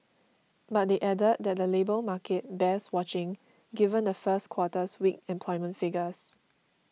but they added that the labour market bears watching given the first quarter's weak employment figures